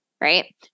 right